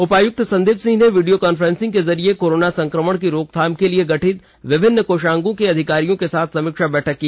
उपायुक्त संदीप सिंह ने video conferencing के जरिए कोरोना संकमण की रोकथाम के लिए गठित विभिन्न कोषांगों के अधिकारियों के साथ समीक्षा बैठक की